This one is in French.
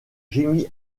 jimi